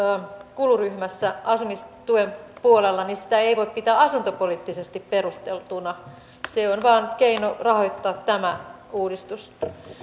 kuluryhmässä asumistuen puolella ei voi pitää asuntopoliittisesti perusteltuna se on vain keino rahoittaa tämä uudistus